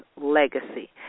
legacy